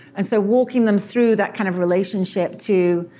and so walking them through that kind of relationship to